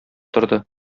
торды